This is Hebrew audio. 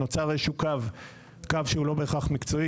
נוצר איזשהו קו שהוא לא בהכרח מקצועי,